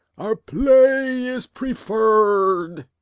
our play is preferr'd.